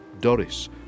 Doris